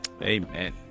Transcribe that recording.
amen